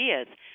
ideas